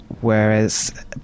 Whereas